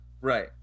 Right